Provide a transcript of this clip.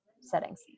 settings